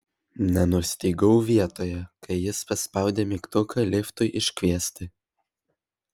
nenustygau vietoje kai jis paspaudė mygtuką liftui iškviesti